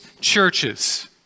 churches